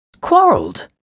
quarrelled